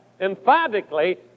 emphatically